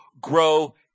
grow